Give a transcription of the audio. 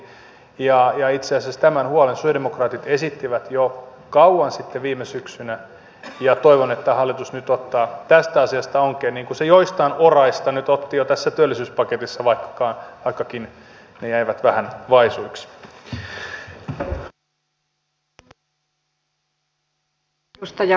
itse asiassa tämän huolen sosialidemokraatit esittivät jo kauan sitten viime syksynä ja toivon että hallitus nyt ottaa tästä asiasta onkeen niin kuin se joistain oraista nyt otti jo tässä työllisyyspaketissa vaikkakin ne jäivät vähän vaisuiksi